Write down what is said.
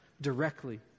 directly